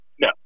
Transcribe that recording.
no